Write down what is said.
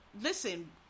listen